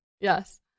yes